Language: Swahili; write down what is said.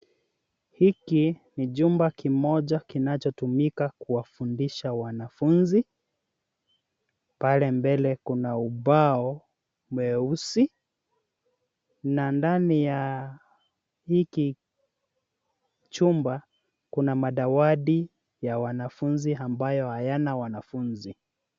Hiki ni jumba kimoja kinachotumika kuwafundisha wanafunzi. Pale mbele kuna ubao mweusi na ndani ya hiki chumba kuna madawati ya wanafunzi ambayo hayana wanafunzi.